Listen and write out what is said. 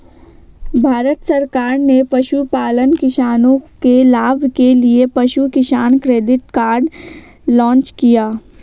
भारत सरकार ने पशुपालन किसानों के लाभ के लिए पशु किसान क्रेडिट कार्ड लॉन्च किया